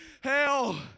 hell